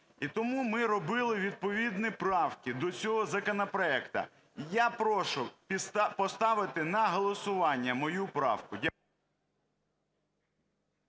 І тому ми робили відповідні правки до цього законопроекту. Я прошу поставити на голосування мою правку.